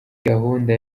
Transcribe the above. gahunda